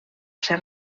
ser